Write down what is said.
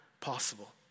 possible